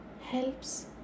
helps